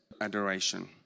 adoration